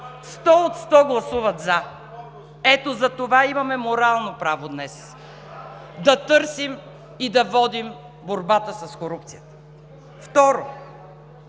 Сто от сто гласуват „за“. Ето затова имаме морално право днес да търсим и да водим борбата с корупцията. Второ,